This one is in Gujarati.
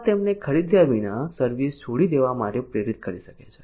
આ તેમને ખરીદ્યા વિના સર્વિસ છોડી દેવા માટે પ્રેરિત કરી શકે છે